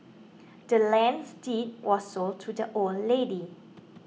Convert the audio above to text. the land's deed was sold to the old lady